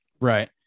Right